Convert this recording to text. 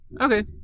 Okay